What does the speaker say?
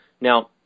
Now